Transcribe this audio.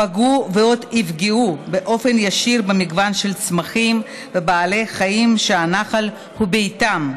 פגעו ועוד יפגעו באופן ישיר במגוון של צמחים ובעלי חיים שהנחל הוא ביתם,